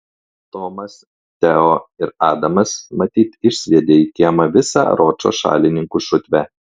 tomas teo ir adamas matyt išsviedė į kiemą visą ročo šalininkų šutvę